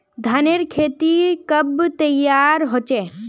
धानेर खेती कब तैयार होचे?